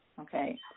okay